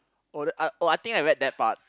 oh uh oh I think I read that part